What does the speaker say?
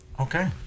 Okay